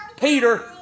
Peter